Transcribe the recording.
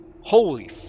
Holy